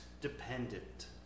dependent